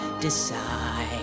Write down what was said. decide